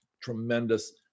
tremendous